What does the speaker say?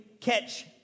catch